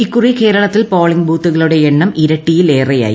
ഇക്കുറി കേരളത്തിൽ പോളിംഗ് ബൂത്തുകളുടെ എണ്ണം ഇരട്ടിയിലേറെയായി